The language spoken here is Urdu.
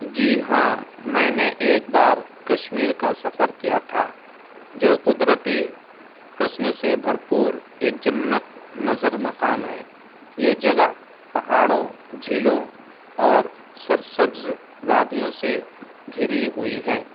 جی ہاں میں نے ایک بار کشمیر کا سفر کیا تھا جو قدرتی حسن سے بھرپور ایک جنت نظر مقام ہے یہ جگہ پہاڑوں جھیلوں اور سرسبز وادیوں سے گری ہوئی ہے